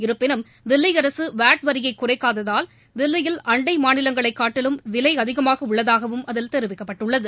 இருப்பினும் தில்லி அரசு வாட் வரியை குறைக்காததால் தில்லியில் அண்டை மாநிலங்களைக் காட்டிலும் விலை அதிகமாக உள்ளதாகவும் அதில் தெரிவிக்கப்பட்டுள்ளது